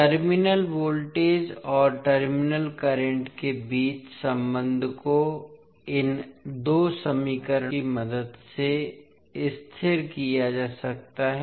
terminal voltage और terminal current के बीच संबंध को इन दो समीकरणों की मदद से स्थिर किया जा सकता है